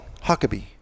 Huckabee